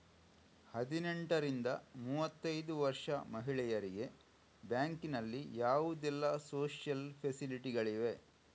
ಹದಿನೆಂಟರಿಂದ ಮೂವತ್ತೈದು ವರ್ಷ ಮಹಿಳೆಯರಿಗೆ ಬ್ಯಾಂಕಿನಲ್ಲಿ ಯಾವುದೆಲ್ಲ ಸೋಶಿಯಲ್ ಫೆಸಿಲಿಟಿ ಗಳಿವೆ?